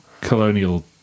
colonial